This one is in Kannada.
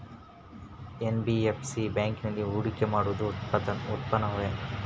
ಎನ್.ಬಿ.ಎಫ್.ಸಿ ಬ್ಯಾಂಕಿನಲ್ಲಿ ಹೂಡಿಕೆ ಮಾಡುವುದು ಉತ್ತಮವೆ?